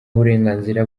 uburenganzira